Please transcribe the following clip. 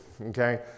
okay